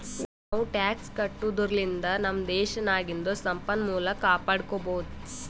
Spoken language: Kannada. ನಾವೂ ಟ್ಯಾಕ್ಸ್ ಕಟ್ಟದುರ್ಲಿಂದ್ ನಮ್ ದೇಶ್ ನಾಗಿಂದು ಸಂಪನ್ಮೂಲ ಕಾಪಡ್ಕೊಬೋದ್